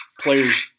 players